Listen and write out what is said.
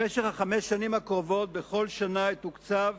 במשך חמש השנים הקרובות בכל שנה יתוקצב